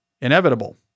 inevitable